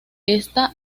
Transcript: esta